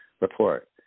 report